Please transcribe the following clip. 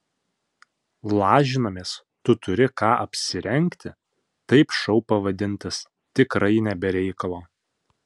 lažinamės tu turi ką apsirengti taip šou pavadintas tikrai ne be reikalo